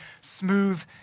smooth